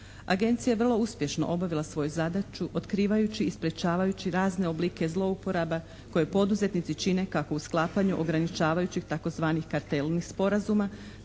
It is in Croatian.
Agencija je vrlo uspješno obavila svoju zadaću otkrivajući i sprječavajući razne oblike zlouporaba koje poduzetnici čine kako u sklapanju ograničavajućih tzv. kartelnih sporazuma